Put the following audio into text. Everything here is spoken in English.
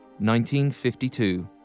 1952